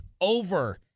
over